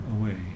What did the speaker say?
away